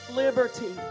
liberty